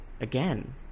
again